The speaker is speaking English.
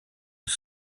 was